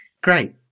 Great